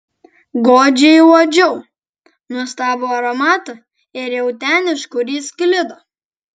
godžiai uodžiau nuostabų aromatą ir ėjau ten iš kur jis sklido